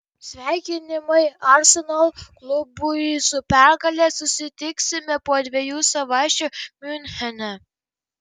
sveikinimai arsenal klubui su pergale susitiksime po dviejų savaičių miunchene